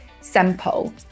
simple